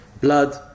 blood